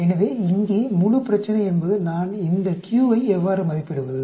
எனவே இங்கே முழு பிரச்சனை என்பது நான் இந்த q ஐ எவ்வாறு மதிப்பிடுவது